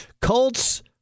Colts